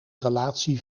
relatie